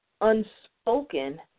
unspoken